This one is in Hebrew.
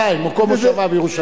מקום מושבה בירושלים.